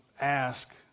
ask